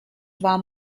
warm